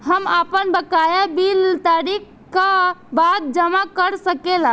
हम आपन बकाया बिल तारीख क बाद जमा कर सकेला?